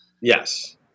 Yes